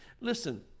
Listen